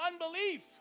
unbelief